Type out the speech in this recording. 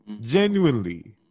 Genuinely